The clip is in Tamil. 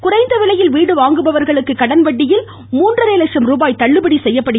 குறைந்த விலையில் வீடு வாங்குபவர்களுக்கு கடன் வட்டியில் மூன்றரை லட்சம் ருபாய் தள்ளுபடி செய்யப்படும்